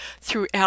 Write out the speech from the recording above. throughout